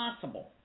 possible